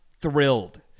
thrilled